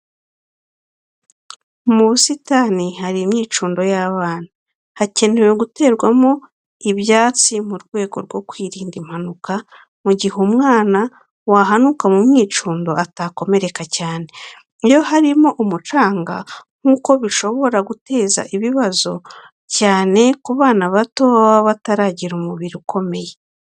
Mu busitani ahari imyicundo y'abana, hakenewe guterwa mo ibyatsi mu rwego rwo kwirinda impanuka mu gihe umwana wahanuka mu mwicundo atakomereka cyane. Iyo harimo umucanga nk'uku bishobora guteza ibibazo cyane ku bana bato baba bataragira umubiri ukomeye.